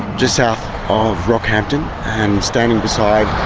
just south of rockhampton standing beside